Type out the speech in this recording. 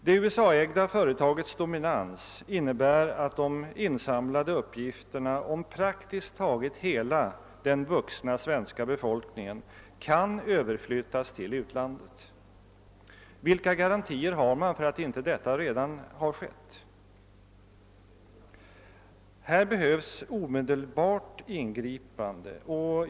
Det USA-ägda företagets dominans innebär att de insamlade uppgifterna om praktiskt taget hela den vuxna svenska befolkningen kan överflyttas till utlandet. Vilka garantier har man för att detta inte redan har skett? Här behövs omedelbart ingripande.